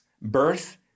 birth